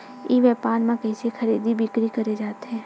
ई व्यापार म कइसे खरीदी बिक्री करे जाथे?